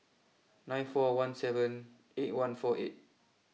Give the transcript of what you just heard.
nine four one seven eight one four eight